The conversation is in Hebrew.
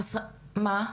מה?